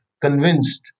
convinced